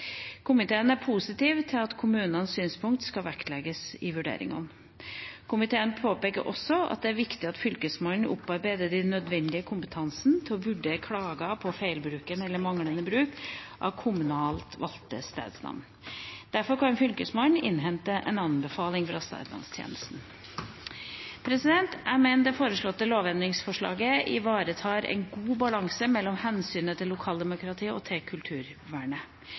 Komiteen er positiv til at kommunenes synspunkt skal vektlegges i vurderingene. Komiteen påpeker også at det er viktig at Fylkesmannen opparbeider den nødvendige kompetansen til å vurdere klage på feil bruk eller manglende bruk av kommunalt valgte stedsnavn. Derfor kan Fylkesmannen innhente en anbefaling fra stedsnavntjenesten. Jeg mener det foreslåtte lovendringsforslaget ivaretar en god balanse mellom hensynet til lokaldemokratiet og hensynet til kulturvernet,